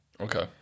Okay